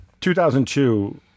2002